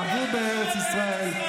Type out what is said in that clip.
למדו בארץ ישראל.